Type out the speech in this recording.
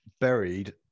buried